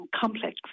complex